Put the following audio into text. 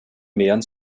mehren